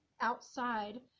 outside